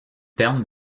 terme